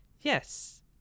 Yes